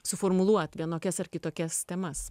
suformuluot vienokias ar kitokias temas